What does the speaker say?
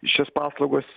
šias paslaugas